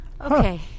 Okay